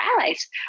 allies